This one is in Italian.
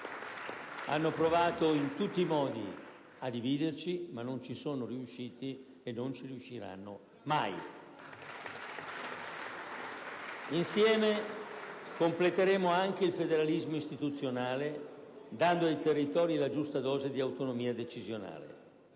Hanno provato in tutti i modi a dividerci, ma non ci sono riusciti, e non ci riusciranno mai! *(Applausi dai Gruppi PdL e LNP).* Insieme completeremo anche il federalismo istituzionale, dando ai territori la giusta dose di autonomia decisionale.